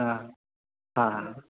हँ हँ हँ